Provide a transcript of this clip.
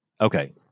Okay